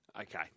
Okay